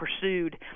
pursued